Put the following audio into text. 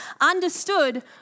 understood